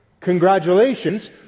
congratulations